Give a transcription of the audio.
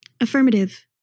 Affirmative